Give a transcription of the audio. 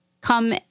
come